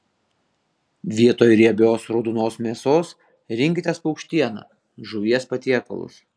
vietoj riebios raudonos mėsos rinkitės paukštieną žuvies patiekalus